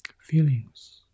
feelings